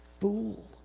fool